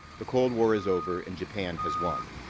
the cold war is over and japan has won.